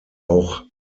auch